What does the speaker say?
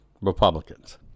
Republicans